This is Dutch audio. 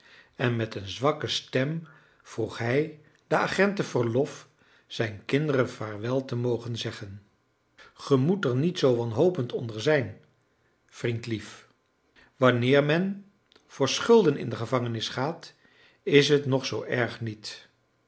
en met een zwakke stem vroeg hij de agenten verlof zijn kinderen vaarwel te mogen zeggen gij moet er niet zoo wanhopend onder zijn vriendlief wanneer men voor schulden in de gevangenis gaat is het nog zoo erg niet